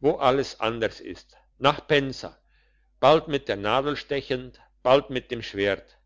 wo alles anderst ist nach pensa bald mit der nadel stechend bald mit dem schwert